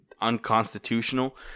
unconstitutional